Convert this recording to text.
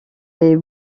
les